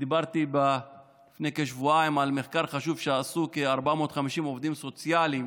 דיברתי לפני כשבועיים על מחקר חשוב שעשו כ-450 עובדים סוציאליים